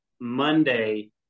monday